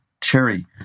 Cherry